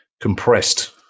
compressed